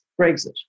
Brexit